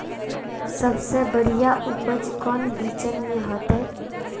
सबसे बढ़िया उपज कौन बिचन में होते?